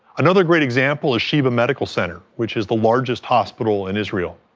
another great example is sheba medical center, which is the largest hospital in israel.